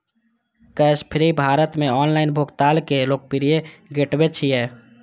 Cashfree Bharat मे online भुगतान के लोकप्रिय गेटवे छियै